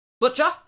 Butcher